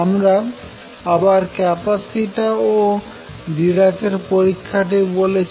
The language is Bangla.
আমরা আবার ক্যাপিটসা এবং ডিরাক এর পরীক্ষাটি বলেছি